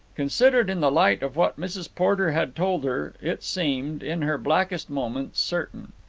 considered in the light of what mrs. porter had told her, it seemed, in her blackest moments, certain.